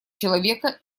человека